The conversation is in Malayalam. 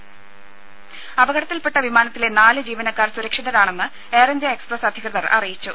ദ്രദ അപകടത്തിൽപെട്ട വിമാനത്തിലെ നാല് ജീവനക്കാർ സുരക്ഷിതരാണെന്ന് എയർ ഇന്ത്യ എക്സ്പ്രസ് അധികൃതർ അറിയിച്ചു